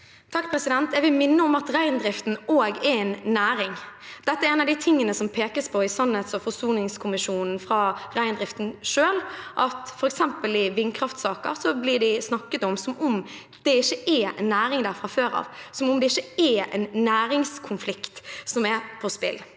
(R) Jeg vil minne om at reindriften også er en næring. Dette er en av de tingene som pekes på i sannhets- og forsoningskommisjonen fra reindriften selv, at f.eks. i vindkraftsaker blir det snakket om som om det ikke er næring der fra før, som om det ikke er en næringskonflikt. Jeg er også